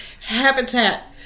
Habitat